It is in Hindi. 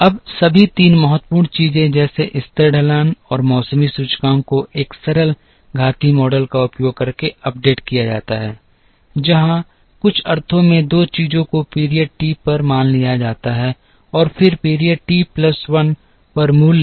अब सभी तीन महत्वपूर्ण चीजें जैसे स्तर ढलान और मौसमी सूचकांक को एक सरल घातीय मॉडल का उपयोग करके अपडेट किया जाता है जहां कुछ अर्थों में दो चीजों को पीरियड टी पर मान लिया जाता है और फिर पीरियड टी प्लस 1 पर मूल्य